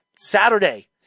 Saturday